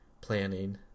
planning